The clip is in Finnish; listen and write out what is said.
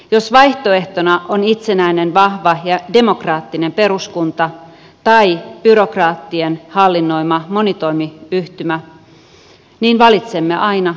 jos vaihtoehtona on itsenäinen vahva ja demokraattinen peruskunta tai byrokraattien hallinnoima monitoimiyhtymä niin valitsemme aina kunnan